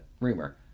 rumor